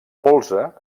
polze